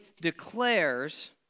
declares